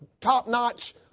top-notch